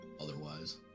otherwise